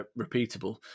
repeatable